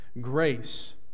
grace